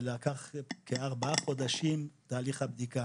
ותהליך הבדיקה